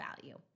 value